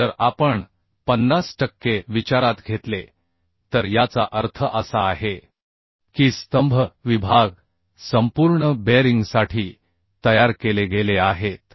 आता जर आपण 50 टक्के विचारात घेतले तर याचा अर्थ असा आहे की स्तंभ विभाग संपूर्ण बेअरिंगसाठी तयार केले गेले आहेत